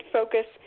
focus